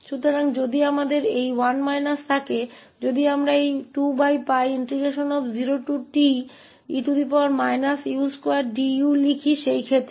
इसलिए यदि हमारे पास यह 1 ऋण है और यदि हम उस स्थिति में इसे 2√𝜋0te u2du लिखते हैं